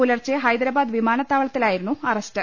പുലർച്ചെ ഹൈദരാബാദ് വിമാനത്താവളത്തിലായിരുന്നു അറസ്റ്റ്